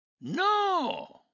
No